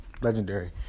Legendary